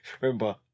Remember